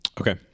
Okay